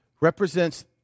represents